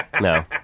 No